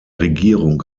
regierung